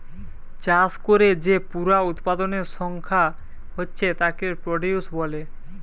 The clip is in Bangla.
চাষ কোরে যে পুরা উৎপাদনের সংখ্যা হচ্ছে তাকে প্রডিউস বলে